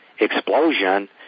explosion